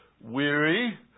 weary